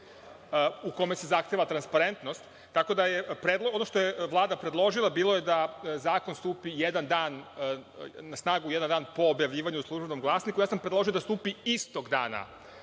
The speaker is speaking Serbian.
u kome se zahteva transparentnost, tako da je ono što je Vlada predložila bilo je da zakon stupi na snagu jedan dan po objavljivanju u Službenom glasniku. Ja sam predložio da stupi istog dana